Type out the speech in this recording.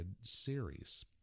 series